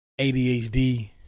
ADHD